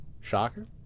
shocker